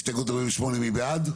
מי בעד?